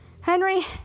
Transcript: Henry